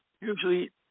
usually